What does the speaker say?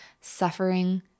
suffering